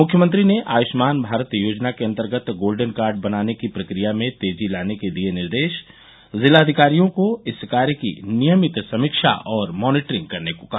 मुख्यमंत्री ने आयुष्मान भारत योजना के अन्तर्गत गोल्डन कार्ड बनाने की प्रक्रिया में तेजी लाने के दिये निर्देश जिलाधिकारियों को इस कार्य की नियमित समीक्षा और मॉनीटरिंग करने को कहा